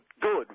Good